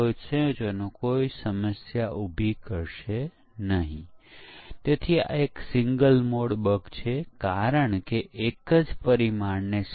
તેથી શું વપરાશકર્તાઓ તેને કેટલી આવૃત્તિમાં ઉપયોગ કરે છે તેના પ્રમાણમાં આપણે તેનું પરીક્ષણ કરીએ છીએ